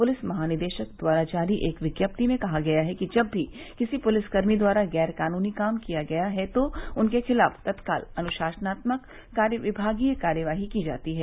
police महानिदेशक द्वारा जारी एक विज्ञप्ति में कहा गया है कि जब भी किसी पुलिसकर्मी द्वारा गैरकानूनी काम किया गया है तो उनके खिलाफ तत्काल अनुशासनात्मक विभागीय कार्यवाही की जाती है